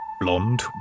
blonde